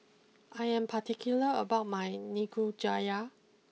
I am particular about my Nikujaga